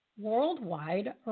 worldwide